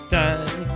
time